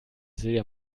silja